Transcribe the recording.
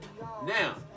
Now